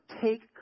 take